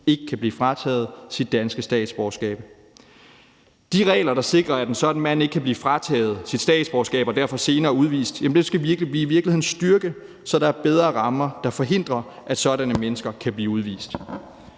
ikke kan blive frataget sit danske statsborgerskab. De regler, der sikrer, at en sådan mand ikke kan blive frataget sit statsborgerskab og derfor senere udvist, mener man i virkeligheden, at vi skal styrke, så der er bedre rammer, der forhindrer, at sådanne mennesker kan blive udvist.